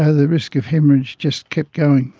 ah the risk of haemorrhage just kept going.